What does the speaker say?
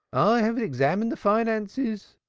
i have examined the finances,